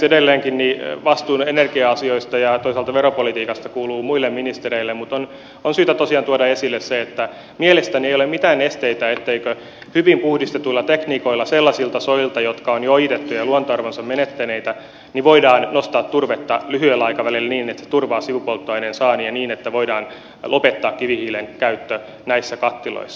edelleenkin vastuu energia asioista ja toisaalta veropolitiikasta kuuluu muille ministereille mutta on syytä tosiaan tuoda esille se että mielestäni ei ole mitään esteitä etteikö hyvin puhdistetuilla tekniikoilla sellaisilta soilta jotka ovat jo ojitettuja ja luontoarvonsa menettäneitä voida nostaa turvetta lyhyellä aikavälillä niin että se turvaa sivupolttoaineen saannin ja niin että voidaan lopettaa kivihiilen käyttö näissä kattiloissa